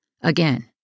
Again